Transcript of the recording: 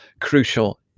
crucial